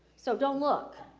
so don't look.